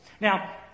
Now